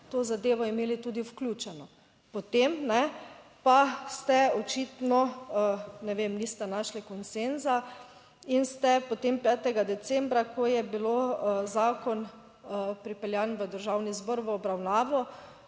to zadevo imeli tudi vključeno. Potem pa ste očitno, ne vem, niste našli konsenza in ste potem 5. decembra, ko je bil zakon pripeljan v Državni zbor v obravnavo,